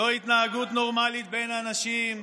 לא התנהגות נורמלית בין אנשים,